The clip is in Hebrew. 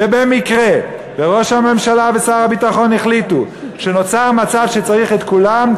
שבמקרה שראש הממשלה ושר הביטחון החליטו שנוצר מצב שצריך את כולם,